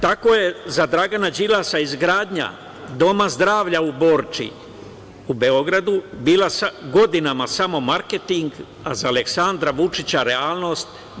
Tako je za Dragana Đilasa izgradnja Doma zdravlja u Borči u Beogradu bio godinama samo marketing, a za Aleksandra Vučića realnosti.